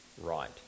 right